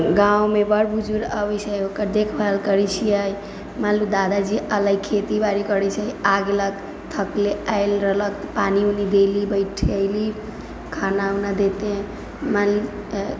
गाममे बड़ बुजुर्ग अबैत छै ओकर देखभाल करैत छियै मानि लू दादाजी अयलै खेती बाड़ी करैत छै आ गेलक थकले आयल रहलक पानि उनि दैली बैठेली खाना उना देते मानि